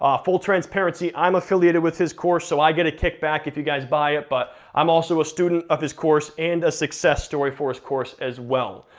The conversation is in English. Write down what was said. ah full transparency, i'm affiliated with his course so i get a kickback if you guys buy it, but i'm also a student of his course, and a success story for his course as well.